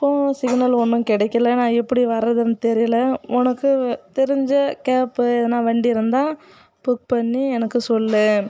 ஃபோனும் சிக்னலும் ஒன்றும் கிடைக்கல நான் எப்படி வர்றதுன்னு தெரியல உனக்கு தெரிந்த கேபு எதும்னா வண்டி இருந்தால் புக் பண்ணி எனக்கு சொல்லு